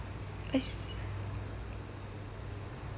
I see